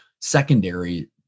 secondary